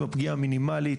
עם הפגיעה המינימלית,